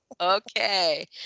Okay